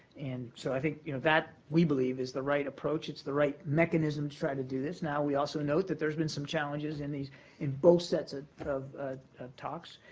and so i think you know that, we believe, is the right approach. it's the right mechanism to try to do this. now we also note that there's been some challenges in these in both sets ah of talks,